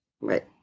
Right